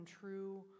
true